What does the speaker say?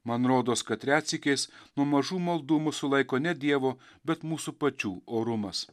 man rodos kad retsykiais nuo mažų maldų mus sulaiko ne dievo bet mūsų pačių orumas